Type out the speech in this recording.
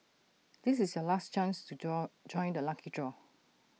this is your last chance to join join the lucky draw